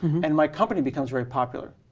and my company becomes very popular,